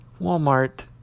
Walmart